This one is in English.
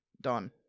done